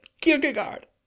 Kierkegaard